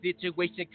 situation